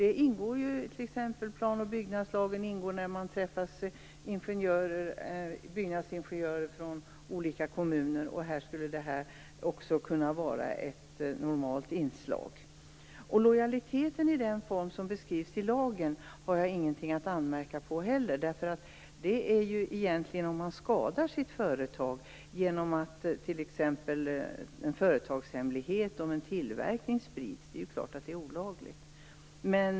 När byggnadsingenjörer från olika kommuner träffas ingår utbildning i plan och byggnadslagen. Dessa frågor skulle också kunna vara ett normalt inslag. Lojalitet i den form som beskrivs i lagen har jag inget att anmärka emot. Det är klart att det är olagligt att sprida en företagshemlighet om hur något tillverkas som skadar företaget.